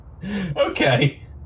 Okay